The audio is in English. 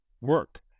work